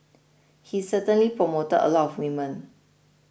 he certainly promoted a lot of women